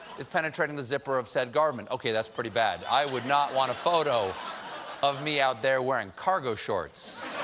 is penetrating the zipper of said garment. okay, that's pretty bad. i would not want a photo of me out there wearing cargo shorts.